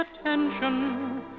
attention